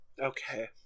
Okay